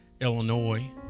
Illinois